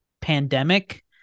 pandemic